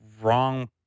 wrong